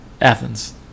Athens